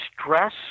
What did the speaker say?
stress